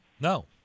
No